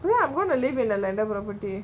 why I don't want to live in a landed property